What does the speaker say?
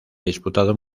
disputado